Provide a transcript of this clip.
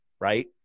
right